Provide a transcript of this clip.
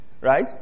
Right